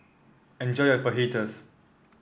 enjoy your Fajitas